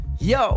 Yo